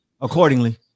accordingly